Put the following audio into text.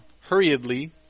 hurriedly